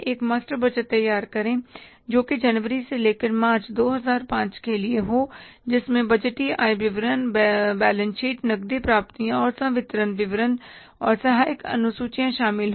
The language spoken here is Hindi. एक मास्टर बजट तैयार करें जोकि जनवरी से लेकर मार्च 2005 के लिए हो जिसमें बजटीय आय विवरण बैलेंस शीट नकदी प्राप्तियां और संवितरण विवरण और सहायक अनुसूचियां शामिल हो